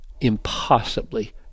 impossibly